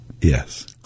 Yes